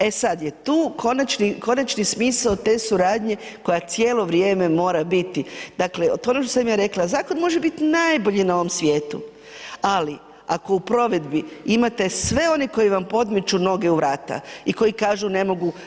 E sad je tu konačni smisao te suradnje koja cijelo vrijeme mora biti, dakle, to je ono što sam ja rekla, zakon može biti najbolji na ovom svijetu, ali ako u provedbi imate sve one koji vam podmeću noge u vrata i koji kažu ne mogu.